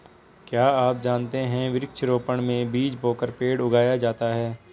क्या आप जानते है वृक्ष रोपड़ में बीज बोकर पेड़ उगाया जाता है